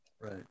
Right